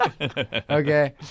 Okay